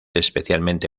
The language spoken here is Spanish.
especialmente